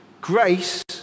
Grace